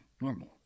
normal